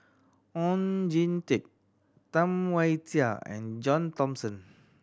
Oon Jin Teik Tam Wai Jia and John Thomson